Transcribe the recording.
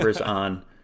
on